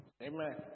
amen